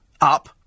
up